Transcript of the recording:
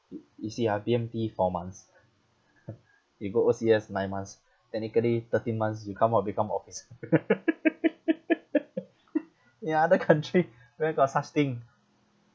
y~ you see ah B_M_T four months you go O_C_S nine months technically thirteen months you come out become officer ya other country where got such thing